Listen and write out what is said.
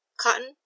cotton